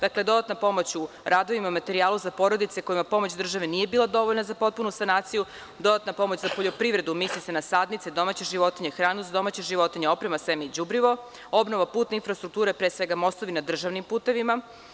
Dakle, dodatna pomoć u radovima, materijalu za porodice kojima pomoć države nije bila dovoljna za potpunu sanaciju, dodatna pomoć za poljoprivredu, misli se na sadnice, domaće životinje, hranu za domaće životinje, oprema, seme i đubrivo, obnova putne infrastrukture, pre svega mostovi na državnim putevima.